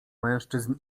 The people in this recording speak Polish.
mężczyzn